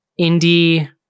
indie